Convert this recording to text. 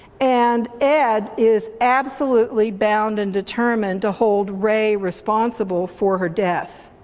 and ed is absolutely bound and determined to hold ray responsible for her death.